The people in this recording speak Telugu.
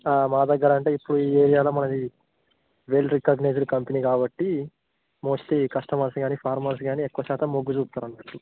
మా దగ్గర అంటే ఇప్పుడు ఈ ఏరియాలో మాది వెల్ రికగ్నైజ్డ్ కంపెనీ కాబట్టి మోస్ట్లీ కస్టమర్స్ కానీ ఫార్మర్స్ కానీ ఎక్కువ శాతం మొగ్గు చూపుతారు అన్నట్టు